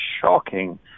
shocking